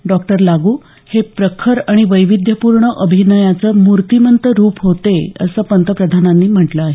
doctor Lagoo हे प्रखर आणि वैविध्यपूर्ण अभिनयाचं मूर्तिमंत रूप होते असं पंतप्रधानांनी म्हटलं आहे